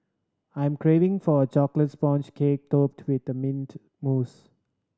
I'm craving for a chocolate sponge cake topped with mint mousse